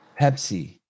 Pepsi